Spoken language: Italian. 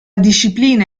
disciplina